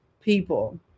people